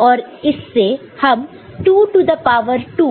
और इससे हमें 2 टू द पावर 2